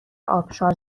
آبشار